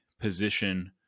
position